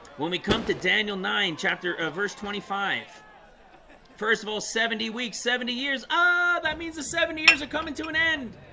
when we come to daniel nine chapter ah verse twenty five first of all, seventy weeks seventy years. ah, that means the seventy years are coming to an end